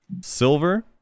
silver